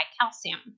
calcium